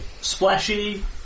splashy